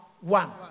one